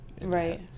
Right